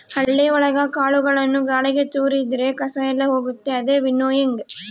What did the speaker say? ಹಳ್ಳಿ ಒಳಗ ಕಾಳುಗಳನ್ನು ಗಾಳಿಗೆ ತೋರಿದ್ರೆ ಕಸ ಎಲ್ಲ ಹೋಗುತ್ತೆ ಅದೇ ವಿನ್ನೋಯಿಂಗ್